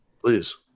Please